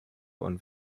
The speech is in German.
und